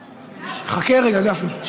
חכה רגע, גפני.